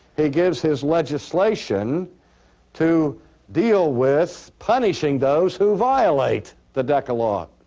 he gives his legislation to deal with punishing those who violate the decalogue,